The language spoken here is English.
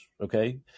Okay